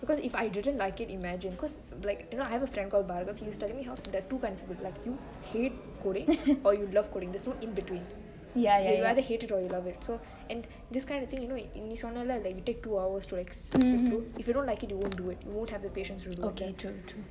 because if I didn't like it imagine cause like you know I have a friend called bagraph he was telling me there are two contribute like you hate coding or you love coding there is no in between you either hate it or you love it so and this kind of thing இன்னு நீ சொன்னலெ:innu nee sonnele like you take two hours to sit through if you don't like it you won't do it you won't have the patience